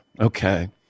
okay